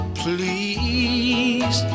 please